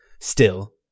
Still